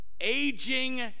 Aging